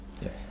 Yes